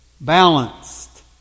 Balanced